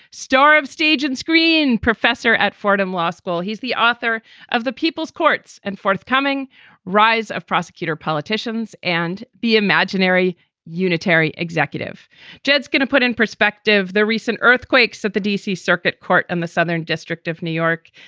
star of stage and screen, professor at fordham law school. he's the author of the people's courts and forthcoming rise of prosecutor politicians and be imaginary unitary executive jets. going to put in perspective the recent earthquakes that the d c. circuit court and the southern district of new york,